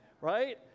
right